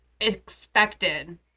expected